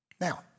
now